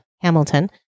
Hamilton